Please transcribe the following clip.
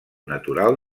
natural